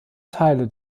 teile